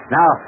Now